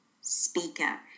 speaker